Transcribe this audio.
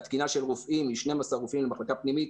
התקינה של רופאים היא 12 רופאים למחלקה פנימית,